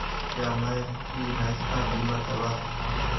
क्या मैं अपनी भैंस का बीमा करवा सकता हूँ?